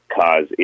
cause